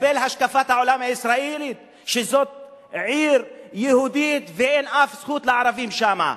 לקבל את השקפת העולם הישראלית שזאת עיר יהודית ואין אף זכות לערבים שם.